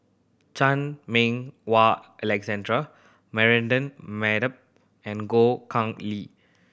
Chan Meng Wah Alexander Mardan Madat and Goh Khang Lee